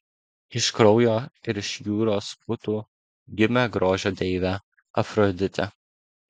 iš kraujo ir iš jūros putų gimė grožio deivė afroditė